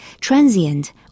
transient